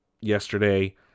yesterday